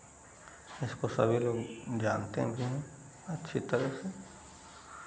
इसको सभी लोग जानते भी हैं अच्छी तरह से